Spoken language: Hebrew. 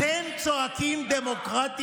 מה הקשר?